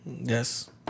Yes